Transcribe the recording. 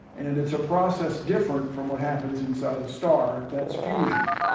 and it's a process different from what happens inside a star. that's fusion.